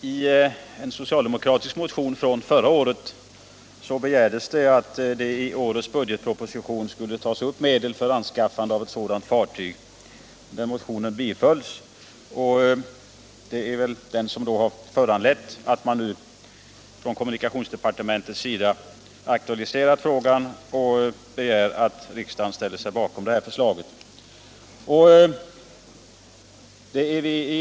I en socialdemokratisk motion förra året begärdes att det i årets budgetproposition skulle tas upp medel för anskaffande av ett sådant fartyg. Motionen bifölls. Det har föranlett att man från kommunikationsdepartementet nu aktualiserar frågan och begär att riksdagen ställer sig bakom föreliggande förslag.